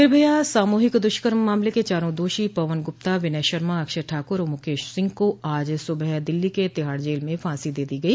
निर्भया सामूहिक दुष्कर्म मामले के चारों दोषी पवन गुप्ता विनय शर्मा अक्षय ठाकुर और मुकेश सिंह को आज सुबह दिल्ली की तिहाड़ जेल में फांसी दे दी गई